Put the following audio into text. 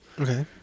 Okay